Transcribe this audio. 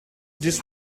this